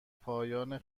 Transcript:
پایان